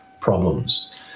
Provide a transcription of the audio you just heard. problems